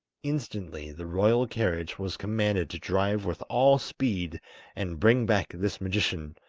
instantly the royal carriage was commanded to drive with all speed and bring back this magician,